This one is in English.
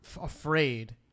afraid